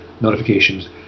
notifications